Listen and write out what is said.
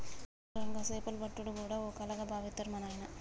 అవును రంగా సేపలు పట్టుడు గూడా ఓ కళగా బావిత్తరు మా నాయిన